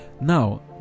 Now